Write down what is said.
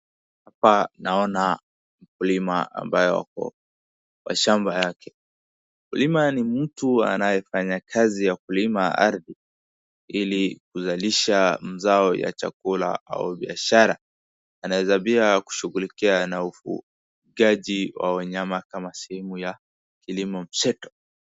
Hapa naona mkulima ambaye ako kwa shamba yake. Mkulima ni mtu anayefanya kazi ya kulima ardhi ili kuzalisha mazao ya chakula au biashara. Anaeza pia kushughulikia na ufugaji wa wanyama kama sehemu ya kilimo mseto.